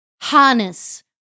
harness